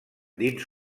dins